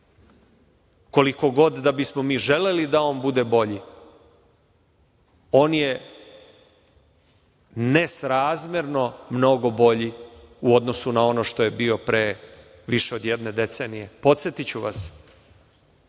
koliko god da bismo mi želeli da on bude bolji, on je nesrazmerno mnogo bolji u odnosu na ono što je bio pre više od jedne decenije. Podsetiću vas,